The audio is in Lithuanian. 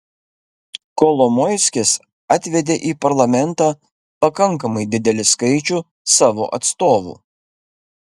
kolomoiskis atvedė į parlamentą pakankamai didelį skaičių savo atstovų